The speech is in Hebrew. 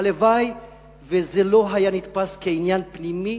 הלוואי שזה לא היה נתפס כעניין פנימי,